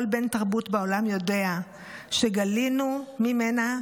כל בן תרבות בעולם יודע שגלינו ממנה.